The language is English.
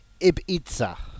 Ibiza